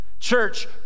Church